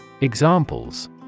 Examples